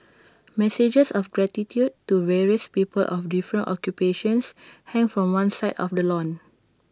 messages of gratitude to various people of different occupations hang from one side of the lawn